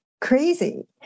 crazy